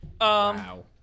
Wow